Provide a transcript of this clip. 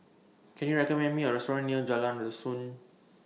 Can YOU recommend Me A Restaurant near Jalan Dusun